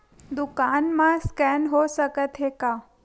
दुकान मा स्कैन हो सकत हे का?